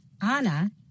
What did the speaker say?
Anna